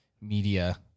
media